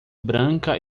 branca